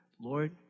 Lord